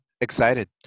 Excited